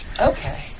Okay